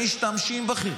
הם משתמשים בכם.